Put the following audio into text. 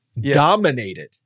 dominated